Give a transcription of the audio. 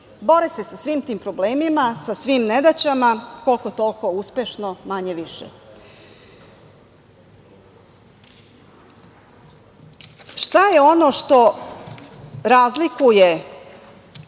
bore se sa svim ti problemima, sa svim nedaćama, koliko toliko uspešno, manje-više. Šta je ono što razlikuje